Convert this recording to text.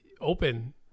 open